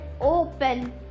open